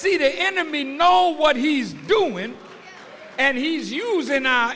see the enemy know what he's doing and he's using